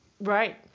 Right